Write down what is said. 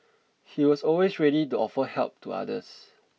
he was always ready to offer help to others